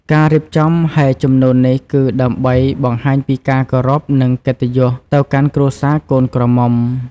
ការរៀបចំហែជំនូននេះគឺដើម្បីបង្ហាញពីការគោរពនិងកិត្តិយសទៅកាន់គ្រួសារកូនក្រមុំ។